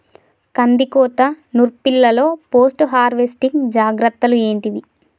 కందికోత నుర్పిల్లలో post harvesting జాగ్రత్తలు ఏంటివి?